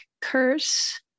curse